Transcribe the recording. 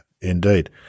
indeed